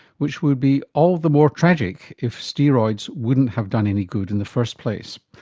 which would be all the more tragic if steroids wouldn't have done any good in the first place.